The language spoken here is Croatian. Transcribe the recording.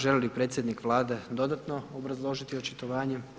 Želi li predsjednik Vlade dodatno obrazložiti očitovanje?